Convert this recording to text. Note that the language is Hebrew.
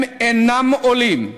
הם אינם עולים,